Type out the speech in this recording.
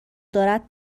دارد